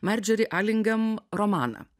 mardžeri alingem romaną